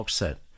set